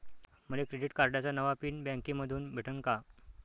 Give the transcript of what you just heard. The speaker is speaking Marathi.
मले क्रेडिट कार्डाचा नवा पिन बँकेमंधून भेटन का?